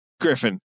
Griffin